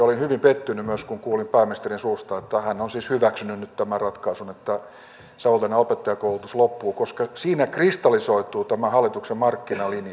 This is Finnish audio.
olin hyvin pettynyt myös kun kuulin pääministerin suusta että hän on siis hyväksynyt nyt tämän ratkaisun että savonlinnan opettajakoulutus loppuu koska siinä kristallisoituu tämä hallituksen markkinalinja